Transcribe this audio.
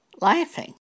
laughing